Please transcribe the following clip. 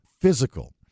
physical